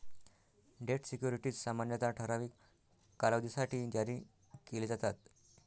date securities सामान्यतः ठराविक कालावधीसाठी जारी केले जातात